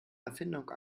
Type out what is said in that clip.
erfindung